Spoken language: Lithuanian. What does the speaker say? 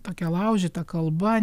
tokia laužyta kalba